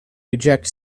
reject